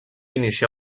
inicià